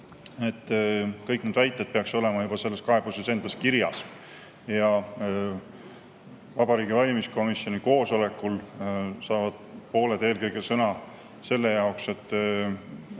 kõik need väited peaksid olema juba selles kaebuses endas kirjas. Vabariigi Valimiskomisjoni koosolekul saavad pooled eelkõige sõna selle jaoks, et